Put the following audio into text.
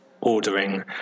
ordering